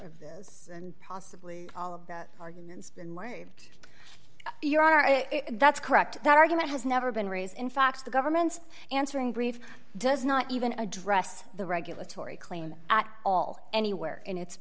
of this and possibly all of that argument's been waived your are that's correct that argument has never been raised in fact the government's answering brief does not even address the regulatory claim at all anywhere in it